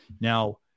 Now